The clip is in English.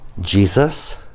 Jesus